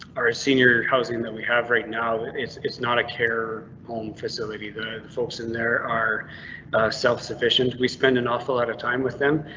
our senior housing that we have right now is. it's not a care home facility. the folks in there are self sufficient. we spend an awful lot of time with them,